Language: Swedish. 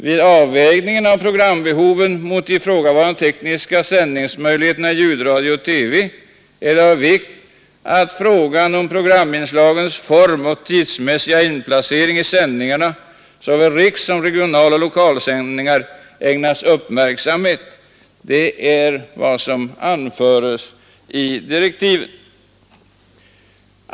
Vid avvägningen av programbehoven mot ifrågavarande tekniska sändningsmöjligheter i ljudradio och TV är det av vikt att frågan om programinslagens form och tidsmässiga inplacering i sändningarna — såväl rikssom regionaloch lokalsändningar — ägnas uppmärksamhet. Detta är vad som anföres i direktiven.